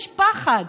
יש פחד.